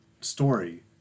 story